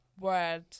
Word